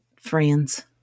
friends